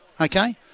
okay